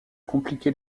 compliqué